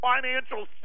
financial